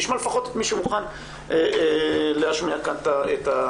לפחות נשמע את מי שמוכן להשמיע כאן את הדברים.